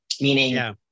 meaning